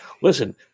listen